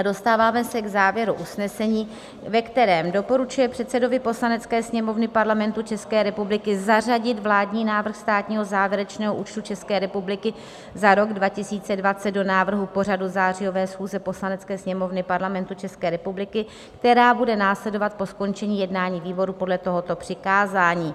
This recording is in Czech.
Dostáváme se k závěru usnesení, ve kterém doporučuje předsedovi Poslanecké sněmovny Parlamentu České republiky zařadit vládní návrh státního závěrečného účtu České republiky za rok 2020 do návrhu pořadu zářijové schůze Poslanecké sněmovny Parlamentu České republiky, která bude následovat po skončení jednání výboru podle tohoto přikázání.